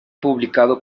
publicado